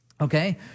Okay